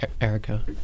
Erica